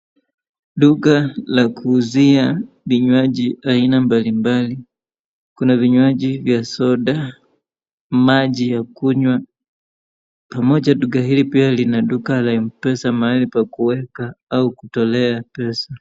Duka la kuuzia vinywaji aina mbalimbali. Kuna vinywaji vya soda, maji ya kunywa. Pamoja duka hili pia lina duka la Mpesa mahali pa kuweka au kutolea pesa.